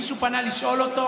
מישהו פנה לשאול אותו?